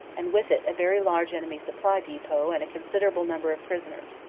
and with it a very large enemy supply depot and a considerable number of prisoners.